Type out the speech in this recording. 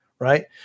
Right